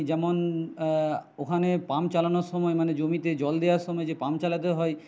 যেমন ওখানে পাম্প চালানোর সময় মানে জমিতে জল দেওয়ার সময় যে পাম্প চালাতে হয়